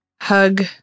hug